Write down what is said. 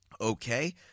okay